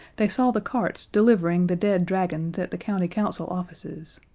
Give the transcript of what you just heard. they saw the carts delivering the dead dragons at the county council offices,